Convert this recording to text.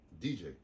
DJ